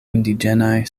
indiĝenaj